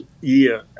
year